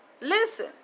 listen